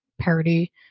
parody